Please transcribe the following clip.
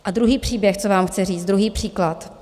A druhý příběh, co vám chci říct, druhý příklad.